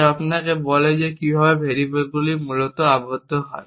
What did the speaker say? যা আপনাকে বলে যে কীভাবে ভেরিয়েবলগুলি মূলত আবদ্ধ হয়